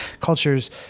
cultures